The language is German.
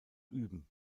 üben